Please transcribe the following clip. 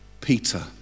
Peter